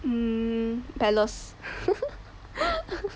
mm palace